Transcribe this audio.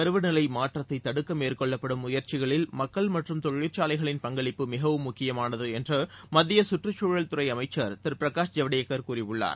பருவ நிலை மாற்றத்தைத் தடுக்க மேற்கொள்ளப்படும் முயற்சிகளில் தொழிற்சாலைகளின் பங்களிப்பு மிகவும் முக்கியமானது என்று மத்திய கற்றுச் தூழல் துறை அமைச்சர் திரு பிரகாஷ் ஜவடேகர் கூறியுள்ளார்